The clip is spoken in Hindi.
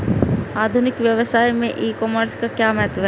आधुनिक व्यवसाय में ई कॉमर्स का क्या महत्व है?